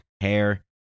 hair